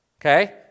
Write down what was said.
okay